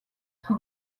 qui